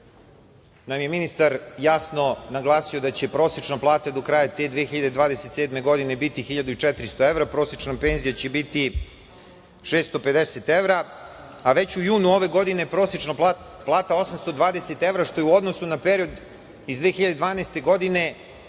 nam je ministar jasno naglasio da će prosečna plata do kraja te 2027. godine biti 1.400 evra, prosečna penzija će biti 650 evra, a već u junu ove godine prosečna plata 820 evra, što je u odnosu na period iz 2012. godine,